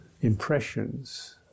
impressions